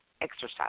Exercise